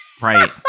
Right